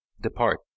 Depart